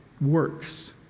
works